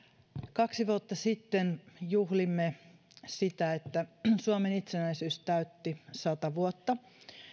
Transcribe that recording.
kaksi vuotta sitten juhlimme sitä että suomen itsenäisyys täytti sata vuotta